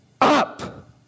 up